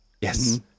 Yes